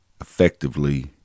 effectively